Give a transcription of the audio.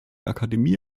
akademie